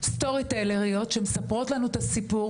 'סטורי טלריות' שמספרות לנו את הסיפור,